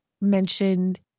mentioned